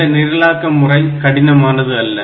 இந்த நிரலாக்க முறை கடினமானது அல்ல